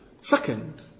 Second